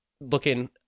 looking